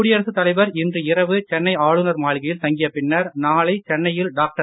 குடியரசுத் தலைவர் இன்று இரவு சென்னை ஆளுநர் மாளிகையில் தங்கிய பின்னர் நாளை சென்னையில் டாக்டர்